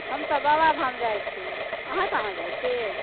हम तऽ बाबाधाम जाइत छी अहाँ कहाँ जाइत छी